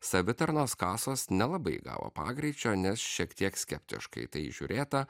savitarnos kasos nelabai gavo pagreičio nes šiek tiek skeptiškai į tai žiūrėta